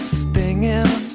stinging